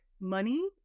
money